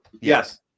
Yes